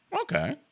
okay